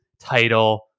title